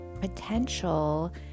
potential